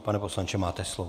Pane poslanče, máte slovo.